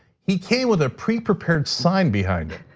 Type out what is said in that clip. he came with a pre-prepared sign behind